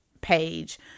page